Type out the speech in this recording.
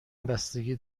بستگی